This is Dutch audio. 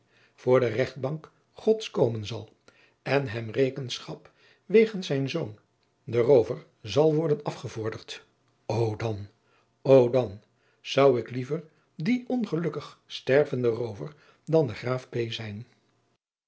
voor de regtbank ods komen zal en hem rekenschap wegens zijn zoon den roover zal worden afgevorderd o dan dan zou ik liever die ongelukkig stervende roover dan de raaf zijn